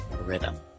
rhythm